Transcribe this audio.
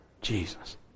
Jesus